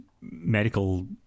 medical